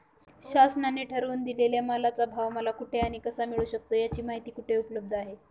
शासनाने ठरवून दिलेल्या मालाचा भाव मला कुठे आणि कसा मिळू शकतो? याची माहिती कुठे उपलब्ध आहे?